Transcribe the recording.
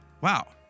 wow